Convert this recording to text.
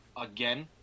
again